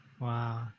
wow